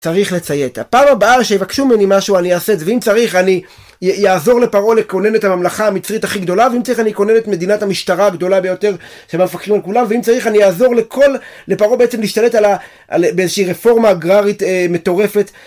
צריך לציית, הפעם הבאה שיבקשו ממני משהו אני אעשה את זה ואם צריך אני יעזור לפרעה לכונן את הממלכה המצרית הכי גדולה ואם צריך אני אכונן את מדינת המשטרה הגדולה ביותר שבה מפקחים על כולם ואם צריך אני יעזור לכל לפאעה בעצם להשתלט על איזושהי רפורמה אגררית מטורפת